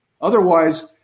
Otherwise